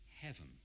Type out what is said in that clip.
Heaven